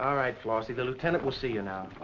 um right, flossy, the lieutenant will see you now.